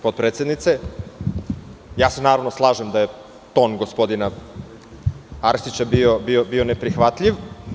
Potpredsednice, ja se naravno slažem da je ton gospodina Arsića bio neprihvatljiv.